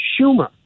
Schumer